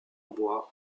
bois